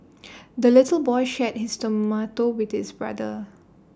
the little boy shared his tomato with his brother